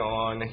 on